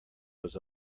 was